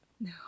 No